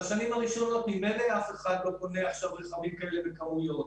בשנים הראשונות ממילא אף אחד לא יקנה רכבים כאלה בכמויות.